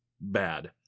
bad